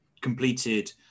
completed